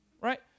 right